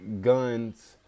guns